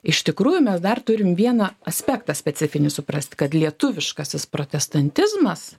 iš tikrųjų mes dar turim vieną aspektą specifinį suprasti kad lietuviškasis protestantizmas